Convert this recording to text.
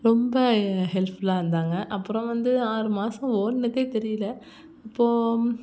ரொம்ப ஹெல்ப்ஃபுல்லாக இருந்தாங்க அப்புறம் வந்து ஆறு மாதம் ஓட்டுனதே தெரியல அப்போது